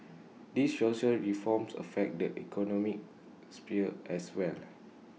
these social reforms affect the economic sphere as well